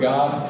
God